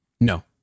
No